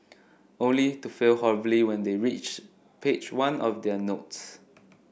only to fail horribly when they reach page one of their notes